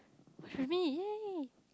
with me